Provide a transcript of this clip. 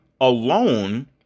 alone